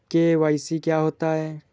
KYC क्या होता है?